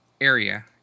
area